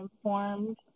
informed